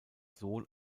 sohn